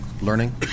learning